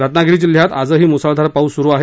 रत्नागिरी जिल्ह्यात आजही मुसळधार पाऊस सुरू आहे